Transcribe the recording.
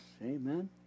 Amen